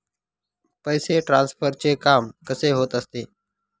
पैसे ट्रान्सफरचे काम कसे होत असते?